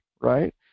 right